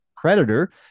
Predator